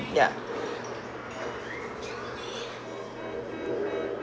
ya